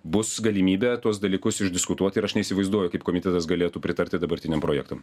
bus galimybė tuos dalykus išdiskutuot ir aš neįsivaizduoju kaip komitetas galėtų pritarti dabartiniam projektam